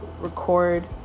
record